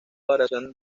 variación